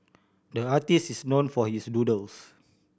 the artist is known for his doodles